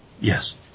Yes